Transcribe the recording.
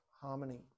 harmony